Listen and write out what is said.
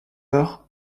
heure